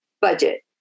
budget